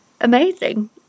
amazing